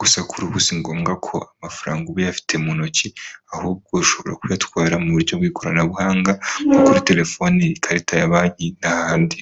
gusa kuri ubu si ngombwa ko amafaranga uba uyafite mu ntoki, ahubwo ushobora kuyatwara mu buryo bw'ikoranabuhanga, nko kuri telefoni, ikarita ya banki n'ahandi.